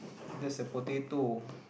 there's a potato